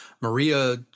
Maria